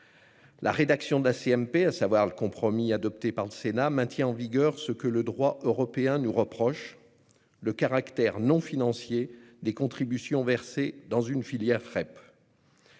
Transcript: paritaire, à savoir le compromis adopté par le Sénat, maintient en vigueur ce que le droit européen nous reproche : le caractère non financier des contributions versées dans une filière REP.